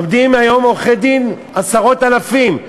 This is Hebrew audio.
לומדים היום עריכת-דין עשרות אלפים,